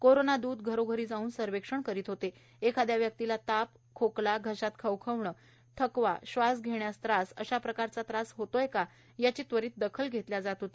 corona दूत घरोघरी जाऊन सर्वेक्षण करीत होते एखाद्या व्यक्तीला ताप खोकला घशात खवखवणे थकवा श्वास घेण्यास त्रास अशा प्रकारचा त्रास होत आहे काय याची त्वरित दखल घेतल्या जात होती